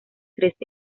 tres